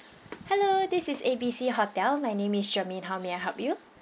hello this is A B C hotel my name is jermaine how may I help you